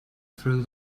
through